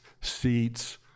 seats